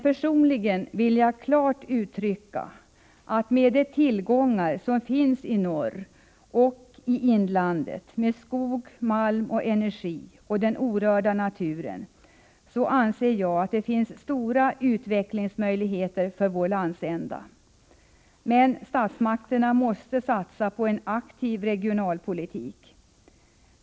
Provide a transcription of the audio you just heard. Personligen vill jag dock klart uttrycka att jag med tanke på de tillgångar som finns i norr och i inlandet i form av skog, malm och energi samt den orörda naturen anser att det finns stora utvecklingsmöjligheter för vår landsända. Men statsmakterna måste satsa på en aktiv regionalpolitik.